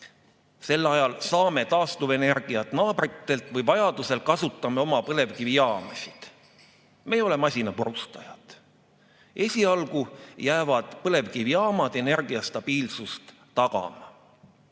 Sel ajal saame taastuvenergiat naabritelt, vajadusel kasutame oma põlevkivijaamasid. Me ei ole masinapurustajad. Esialgu jäävad põlevkivijaamad energiastabiilsust